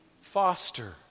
foster